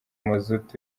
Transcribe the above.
mazutu